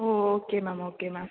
O okay ma'am okay ma'am